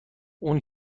اون